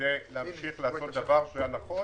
כדי להמשיך לעשות דבר שהיה נכון.